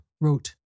wrote